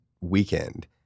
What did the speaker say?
weekend